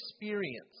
experience